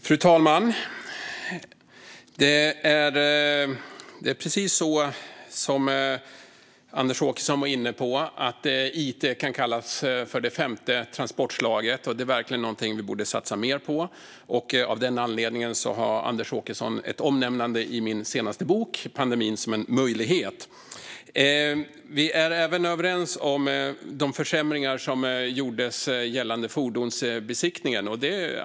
Fru talman! Det är precis så som Anders Åkesson var inne på: It kan kallas för det femte transportslaget. Det är verkligen någonting vi borde satsa mer på. Av den anledningen har Anders Åkesson fått ett omnämnande i min senaste bok, Pandemin som möjlighet. Vi är även överens om synen på de försämringar som gjordes gällande fordonsbesiktningen.